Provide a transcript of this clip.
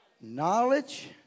Knowledge